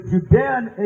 Judean